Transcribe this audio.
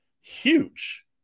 huge